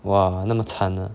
!wah! 那么惨 ah